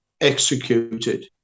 executed